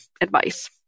advice